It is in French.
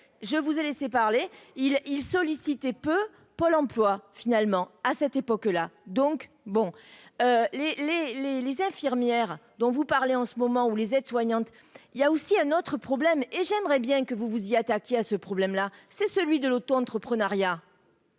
je vous ai laissé parler il il peu Pôle emploi finalement à cette époque-là, donc bon les, les, les, les infirmières dont vous parlez en ce moment où les aides-soignantes, il y a aussi un autre problème et j'aimerais bien que vous vous y attaquer à ce problème-là, c'est celui de l'auto-entreprenariat.